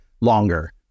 longer